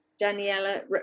Daniela